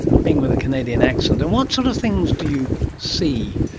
a ping with a canadian accent. and what sort of things do you see?